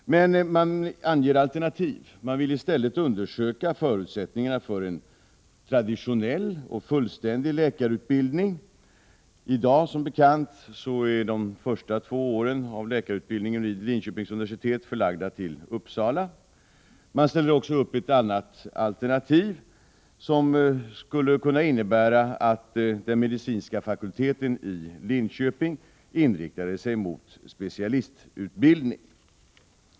Men man anger alternativ. Man vill undersöka förutsättningen för en traditionell och fullständig läkarutbildning. I dag är som bekant de första två åren i läkarutbildningen vid Linköpings universitet förlagda till Uppsala. Det har också ställts upp ett annat alternativ som skulle kunna innebära att den medicinska fakulteten i Linköping inriktades mot specialistutbildning.